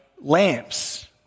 lamps